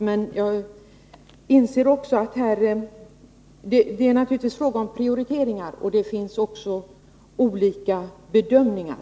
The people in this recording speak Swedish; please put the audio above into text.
Men jag inser naturligtvis också att detta är en fråga om prioriteringar och olika bedömningar.